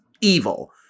evil